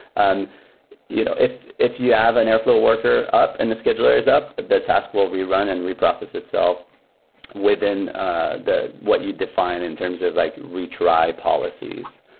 um you know if if you have an airflow worker up and the scheduler is up, the task will rerun and reprocess itself within ah what you define in terms of like retry policies.